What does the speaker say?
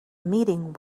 meeting